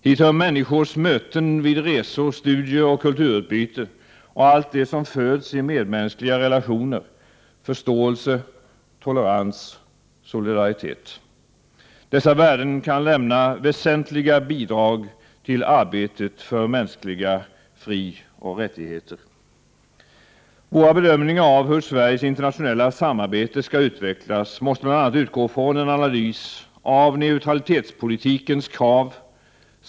Hit hör människors möten vid resor, studier och kulturutbyte och allt det som föds i medmänskliga relationer — förståelse, tolerans, solidaritet. Dessa värden kan lämna väsentliga bidrag till arbetet för mänskliga frioch rättigheter. Våra bedömningar av hur Sveriges internationella samarbete skall utvecklas måste bl.a. utgå från en analys av neutralitetspolitikens krav.